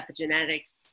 epigenetics